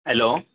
hello